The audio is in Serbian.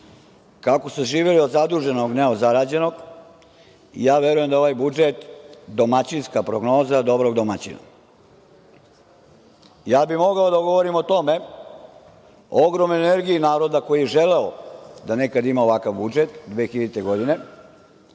kako se živelo od zaduženog, a ne od zarađenog. Ja verujem da je ovaj budžet domaćinska prognoza dobrog domaćina. Ja bih mogao da govorim o tome, o ogromnoj energiji naroda koji je želeo da nekada ima ovakav budžet 2000. godine,